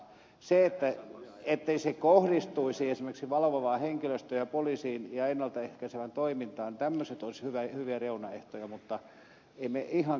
se ettei se kohdistuisi esimerkiksi valvovaan henkilöstöön ja poliisiin ja ennalta ehkäisevään toimintaan niin tämmöiset olisi hyviä reunaehtoja mutta ei me ihan kaikkea sielläkään tarvita